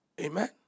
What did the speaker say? Amen